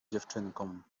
dziewczynkom